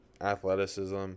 athleticism